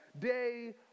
day